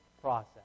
process